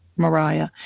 Mariah